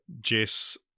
jess